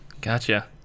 gotcha